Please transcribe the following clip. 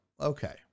Okay